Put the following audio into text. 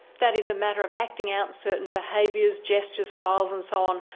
that is a matter of acting out certain behaviours, gestures, styles and so on,